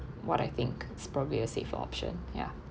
what I think it's probably safer option ya